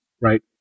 right